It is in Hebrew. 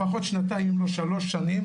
לפחות שנתיים אם לא שלוש שנים,